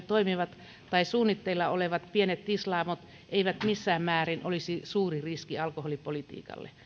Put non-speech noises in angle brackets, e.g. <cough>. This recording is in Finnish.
<unintelligible> toimivat tai suunnitteilla olevat pienet tislaamot eivät missään määrin olisi suuri riski alkoholipolitiikalle